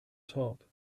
top